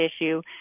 issue